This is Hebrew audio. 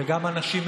וגם אנשים מבוגרים.